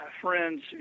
friends